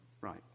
Right